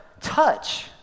touch